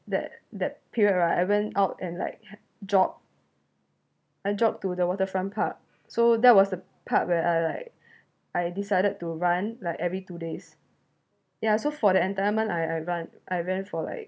that that period right I went out and like jog I jog to the waterfront park so that was the part where I like I decided to run like every two days ya so for the entire month I I run I ran for like